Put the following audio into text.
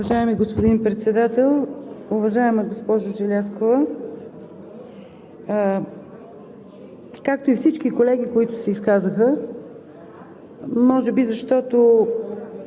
Уважаеми господин Председател! Уважаема госпожо Желязкова, както и всички колеги, които се изказаха, може би като